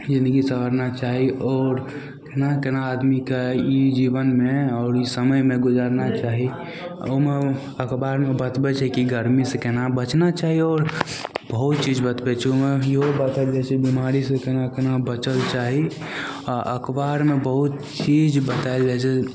जिनगी सवारना चाही आओर कोना कोना आदमीके ई जीवनमे आओर ई समयमे गुजारना चाही ओहिमे अखबारमे बतबै छै कि गरमीसे कोना बचना चाही आओर बहुत चीज बतबै छै आओर ओहिमे इहो बताएल जाइ छै बेमारीसे कोना कोना बचल चाही आओर अखबारमे बहुत चीज बताएल जाइ छै